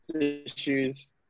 issues